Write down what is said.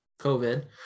COVID